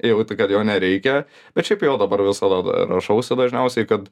jeigu tai gali jo nereikia bet šiaip jo dabar visada rašausi dažniausiai kad